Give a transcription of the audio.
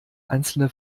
einzelne